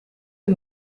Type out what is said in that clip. een